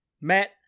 Matt